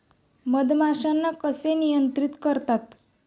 मधमाश्यांना कसे नियंत्रित करतात?